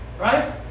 Right